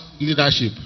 leadership